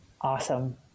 Awesome